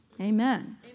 Amen